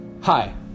hi